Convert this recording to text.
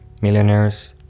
millionaires